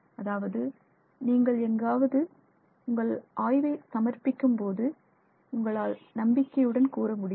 அதாவது நீங்கள் எங்காவது உங்கள் ஆய்வை சமர்ப்பிக்கும்போது உங்களால் நம்பிக்கையுடன் கூற முடியும்